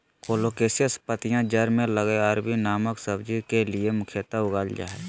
colocasia पत्तियां जड़ में लगल अरबी नामक सब्जी के लिए मुख्यतः उगाल जा हइ